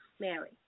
Mary